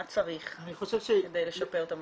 מה צריך כדי לשפר את המצב?